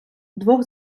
двох